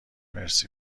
مرسی